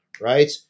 right